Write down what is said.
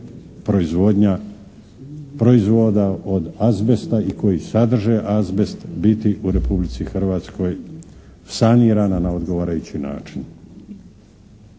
proizvoda od azbesta i koji sadrže azbest biti u Republici Hrvatskoj sanirana na odgovarajući način.